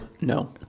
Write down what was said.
no